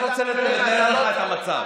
60 בשנה אני רק רוצה לתאר לך את המצב.